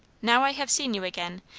now i have seen you again,